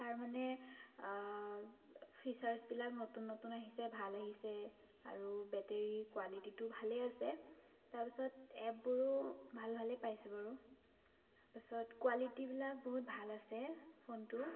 তাৰ মানে ফিচাৰ্ছবিলাক নতুন নতুন আহিছে ভাল আহিছে আৰু বেটেৰী কোৱালিটীটো ভালেই আছে তাৰপাছত এপবোৰো ভাল ভালেই পাইছোঁ বাৰু পিছত কোৱালিটীবিলাক বহুত ভাল আছে ফোনটোৰ